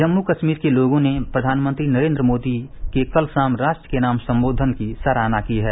जम्मू कश्मीर के लोगों ने प्रधानमंत्री नरेन्द्र मोदी के कल शाम राष्ट्र के नाम संबोधन की सराहना की है